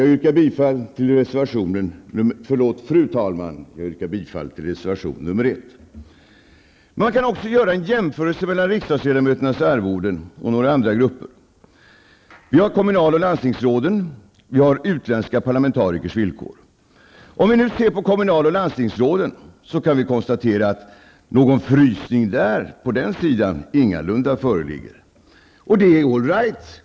Jag yrkar bifall till reservation nr 1. Man kan också göra en jämförelse mellan riksdagsledamöternas arvoden och ersättningarna för några andra grupper. Vi har kommunal och landstingsrådens löner, och vi har utländska parlamentarikers villkor. Om vi nu ser till kommunal och landstingsråden, så kan vi konstatera att någon frysning på den sidan ingalunda föreligger. Och det är all right.